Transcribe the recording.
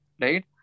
right